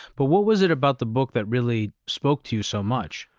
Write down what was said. but what was it about the book that really spoke to you so much?